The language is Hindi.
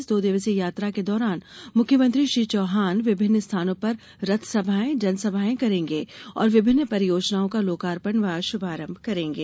इस दो दिवसीय यात्रा के दौरान मुख्यमंत्री श्री चौहान विभिन्न स्थानों पर रथ सभाएं जनसभाएं करेंगे और विभिन्न परियोजनाओं का लोकार्पण व श्भारंभ करेंगे